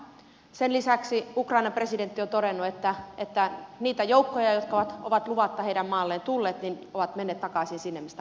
sen lisäksi ukrainan presidentti on todennut että niitä joukkoja jotka ovat luvatta heidän maalleen tulleet on mennyt takaisin sinne mistä ovat tulleetkin